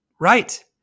right